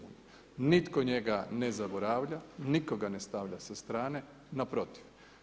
Nitko njega ne zaboravlja, nitko ga ne stavlja sa strane, naprotiv.